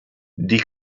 die